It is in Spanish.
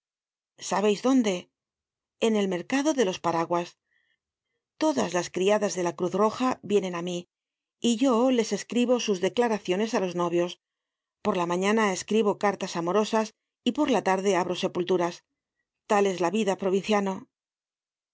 sabeis dónde en el mercado de los paraguas todas las criadas de la cruz roja vienen á mí y yo les escribo sus declaraciones á los novios por la mañana escribo cartas amorosas y por la tarde abro sepulturas tal es la vida provinciano